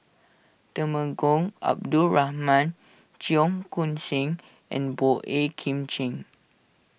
Temenggong Abdul Rahman Cheong Koon Seng and Boey Kim Cheng